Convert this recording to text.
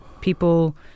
people